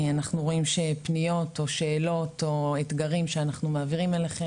אנחנו רואים שפניות או שאלות או אתגרים שאנחנו מעבירים אליכם,